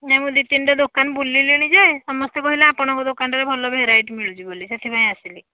ନାଇଁ ମୁଁ ଦୁଇ ତିନିଟା ଦୋକାନ ବୁଲିଲିଣି ଯେ ସମସ୍ତେ କହିଲେ ଆପଣଙ୍କ ଦୋକାନରେ ଭଲ ଭେରାଇଟି ମିଳୁଛି ବୋଲି ସେଥିପାଇଁ ଆସିଲି